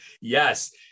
Yes